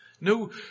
No